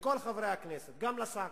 לכל חברי הכנסת, גם לשר.